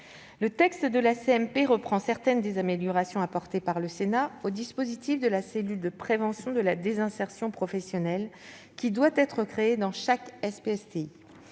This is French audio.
mixte paritaire reprend certaines des améliorations apportées par le Sénat au dispositif de la cellule de prévention de la désinsertion professionnelle qui doit être créée dans chaque SPSTI